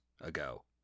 ago